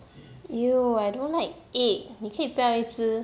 !eww! I don't like egg 你可以不要一直